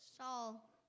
Saul